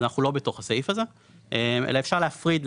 אנחנו לא בתוך הסעיף הזה אלא אפשר להפריד.